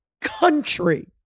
country